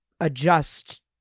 adjust